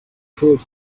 told